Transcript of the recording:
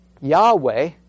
Yahweh